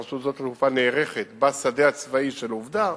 רשות שדות התעופה נערכת בשדה הצבאי "עובדה",